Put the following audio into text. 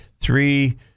Three